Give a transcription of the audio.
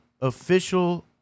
official